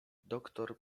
doktor